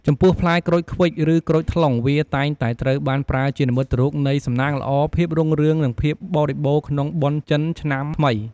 ចំពោះផ្លែក្រូចឃ្វិច ឬក្រូចថ្លុង វាតែងតែត្រូវបានប្រើជានិមិត្តរូបនៃសំណាងល្អ ភាពរុងរឿង និងភាពបរិបូរណ៍ក្នុងបុណ្យចិនឆ្នាំថ្មី។